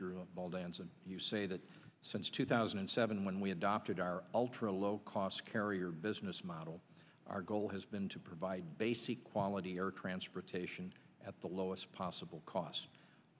r ball dance and you say that since two thousand and seven when we adopted our ultra low cost carrier business model our goal has been to provide basic quality air transportation at the lowest possible cost